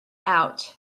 out